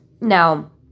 now